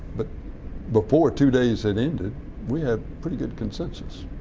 but before two days had ended we had pretty good consensus.